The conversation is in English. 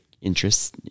interests